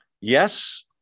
Yes